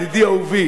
אהובי,